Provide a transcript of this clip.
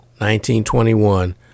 1921